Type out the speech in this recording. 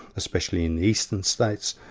especially in the eastern states,